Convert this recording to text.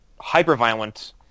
hyper-violent